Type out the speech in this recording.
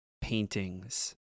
paintings